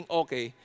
okay